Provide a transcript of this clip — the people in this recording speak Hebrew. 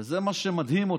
וזה מה שמדהים אותי,